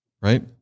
right